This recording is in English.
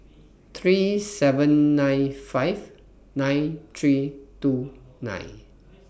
three seven nine five nine three two nine